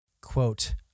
quote